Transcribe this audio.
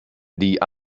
die